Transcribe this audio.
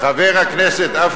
חבר הכנסת אגבאריה.